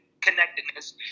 connectedness